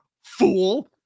fool